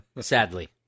Sadly